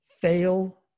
fail